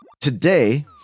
Today